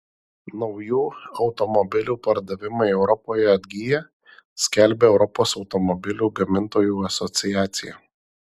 naujų automobilių pardavimai europoje atgyja skelbia europos automobilių gamintojų asociacija